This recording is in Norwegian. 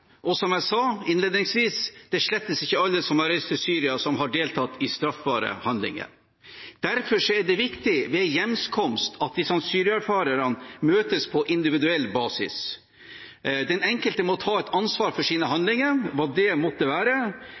Som jeg sa innledningsvis: Det er slett ikke alle som har reist til Syria, som har deltatt i straffbare handlinger. Derfor er det viktig ved hjemkomst at de som syriafarere møtes på individuell basis. Den enkelte må ta et ansvar for sine handlinger – hva det måtte være